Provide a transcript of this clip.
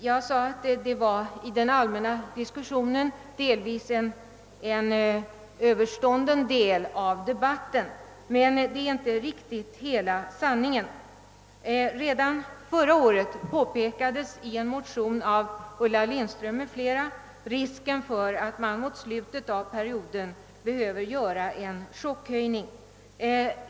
Jag sade tidigare att detta i den allmänna diskussionen delvis är en överstånden fråga, men det är inte riktigt hela sanningen. Redan förra året påpekades i en motion av Ulla Lindström m.fl. risken för att man mot slutet av perioden skulle behöva göra en chockhöjning.